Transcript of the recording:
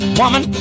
woman